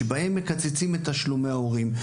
שבהם מקצצים את תשלומי ההורים.